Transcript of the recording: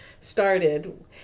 started